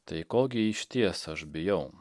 tai ko gi išties aš bijau